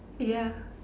ya